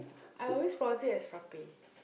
I always pronounce it as frappe